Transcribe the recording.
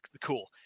cool